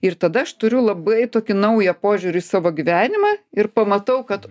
ir tada aš turiu labai tokį naują požiūrį į savo gyvenimą ir pamatau kad